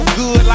good